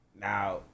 now